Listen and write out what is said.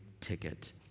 ticket